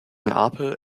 neapel